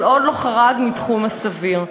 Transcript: כל עוד לא חרג מתחום הסביר.